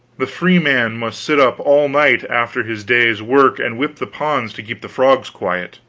the freeman must sit up all night after his day's work and whip the ponds to keep the frogs quiet